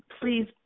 please